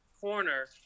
corner